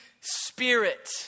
Spirit